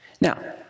Now